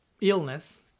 illness